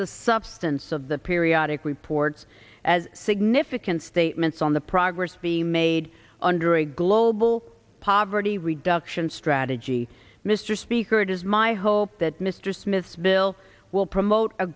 the substance of the periodic reports as significant statements on the progress being made under a global poverty reduction strategy mr speaker it is my hope that mr smith's bill will promote a